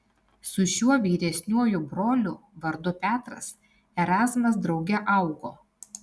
su šiuo vyresniuoju broliu vardu petras erazmas drauge augo